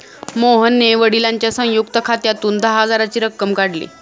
मोहनने वडिलांच्या संयुक्त खात्यातून दहा हजाराची रक्कम काढली